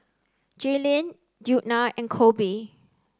Jalynn Djuna and Koby